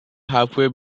halfway